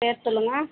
பேர் சொல்லுங்கள்